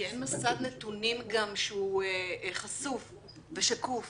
כי אין מסד נתונים שהוא חשוף ושקוף,